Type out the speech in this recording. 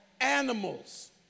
animals